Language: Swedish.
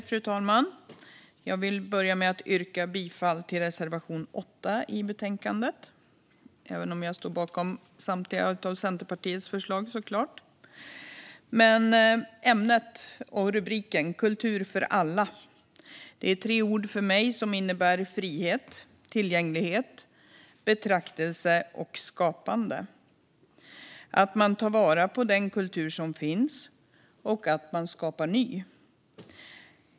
Fru talman! Jag vill börja med att yrka bifall till reservation 8, även om jag såklart står bakom samtliga Centerpartiets förslag. Titeln på dagens betänkande, Kultur för alla , är tre ord som för mig innebär frihet, tillgänglighet, betraktelse och skapande - att man tar vara på den kultur som finns och att man skapar ny.